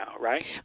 right